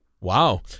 Wow